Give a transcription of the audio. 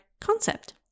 concept